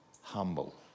Humble